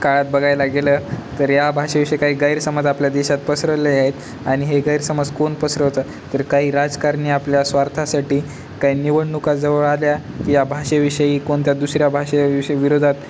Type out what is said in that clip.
काळ बघायला गेलं तर या भाषेविषयी काही गैरसमज आपल्या देशात पसरले आहेत आणि हे गैरसमज कोण पसरवतं तर काही राजकारणी आपल्या स्वार्थासाठी काही निवडणुका जवळ आल्या की या भाषेविषयी कोणत्या दुसऱ्या भाषेविषयी विरोधात